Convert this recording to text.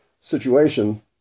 situation